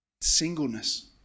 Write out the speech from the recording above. singleness